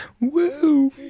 Woo